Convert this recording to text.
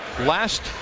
last